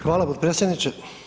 Hvala potpredsjedniče.